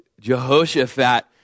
Jehoshaphat